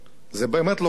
באמת לא כל כך פשוט.